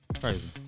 crazy